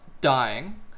dying